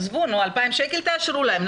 עזבו נו, 2,000 שקל תאשרו להם?